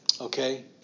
Okay